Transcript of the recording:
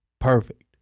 perfect